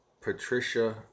Patricia